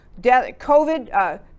COVID